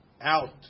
out